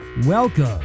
Welcome